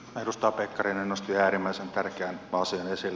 edustaja pekkarinen nosti äärimmäisen tärkeän asian esille